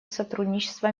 сотрудничества